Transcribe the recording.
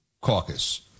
Caucus